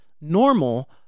Normal